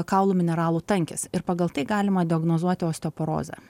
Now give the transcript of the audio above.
kaulų mineralų tankis ir pagal tai galima diagnozuoti osteoporozę